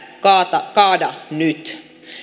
kaada nyt